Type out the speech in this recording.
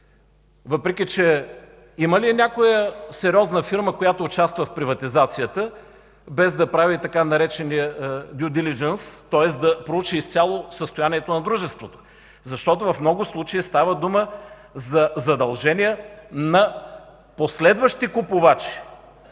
Въпреки че има ли някоя сериозна фирма, която участва в приватизацията, без да прави така наречения „дю дилиджънс”, тоест да проучи изцяло състоянието на дружеството?! Защото в много случаи става дума за задължения на последващи купувачи.